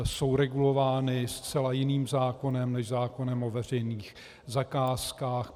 Jsou regulovány zcela jiným zákonem než zákonem o veřejných zakázkách.